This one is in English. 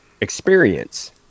experience